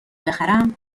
بخرم